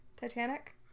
Titanic